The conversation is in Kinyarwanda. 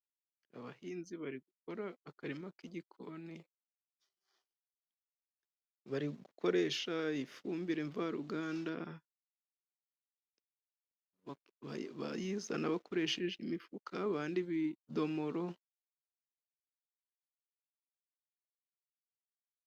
Abahinzi bari gukora akarima k'igikoni, bari gukoresha iyi fumbire mvaruganda, bayizana bakoresheje imifuka abandi ibidomoro.